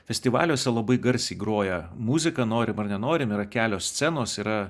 festivaliuose labai garsiai groja muzika norim ar nenorim yra kelios scenos yra